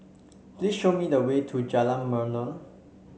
please show me the way to Jalan Melor